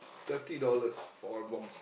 thirty dollars for one box